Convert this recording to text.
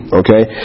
okay